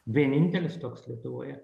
vienintelis toks lietuvoje